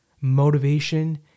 Motivation